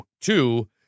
two